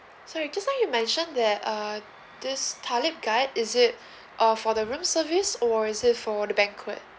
sorry just now you mentioned that uh this Talib guy is it uh for the room service or is it for the banquet